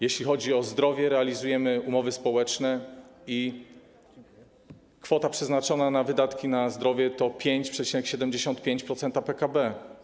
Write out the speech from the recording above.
Jeśli chodzi o zdrowie, realizujemy umowy społeczne - kwota przeznaczona na wydatki na zdrowie to 5,75% PKB.